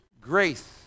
grace